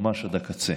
ממש עד הקצה.